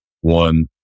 one